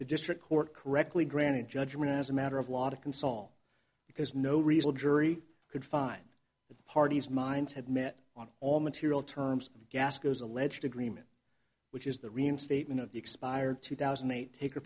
the district court correctly granted judgment as a matter of law to console because no result jury could find the parties minds had met on all material terms of gas goes alleged agreement which is the reinstatement of the expired two thousand may take